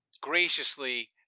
graciously